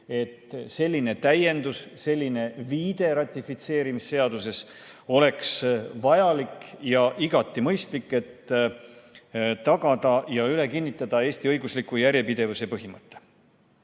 et selline täiendus, selline viide ratifitseerimise seaduses oleks vajalik ja igati mõistlik, et tagada ja üle kinnitada Eesti õigusliku järjepidevuse põhimõte.